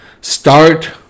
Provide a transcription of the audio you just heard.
start